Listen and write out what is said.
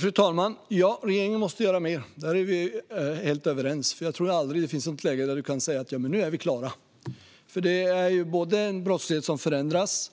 Fru talman! Ja, regeringen måste göra mer - där är vi helt överens. Jag tror att det aldrig finns ett sådant läge där vi kan säga att vi är klara, för det är både en brottslighet som förändras